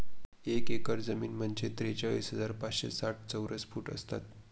एक एकर जमीन म्हणजे त्रेचाळीस हजार पाचशे साठ चौरस फूट असतात